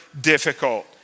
difficult